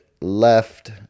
left